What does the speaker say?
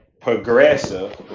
progressive